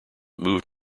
moved